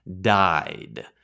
died